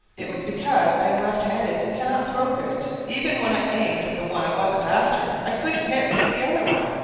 it was because i am left-handed and cannot throw good. even when i aimed at the one i wasn't after i couldn't hit the other one,